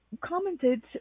commented